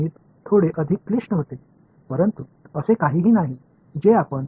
எனவே இப்போது காந்தம் அல்லாத ஊடகங்களைக் கையாள்வோம்